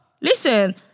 Listen